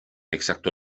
exacto